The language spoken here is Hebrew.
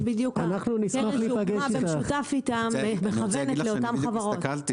אני רוצה להגיד לך שאני בדיוק הסתכלתי